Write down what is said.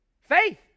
Faith